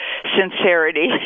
sincerity